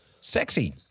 sexy